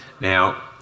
Now